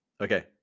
Okay